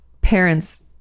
parents